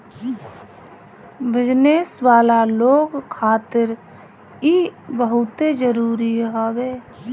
business वाला लोग खातिर इ बहुते जरुरी हवे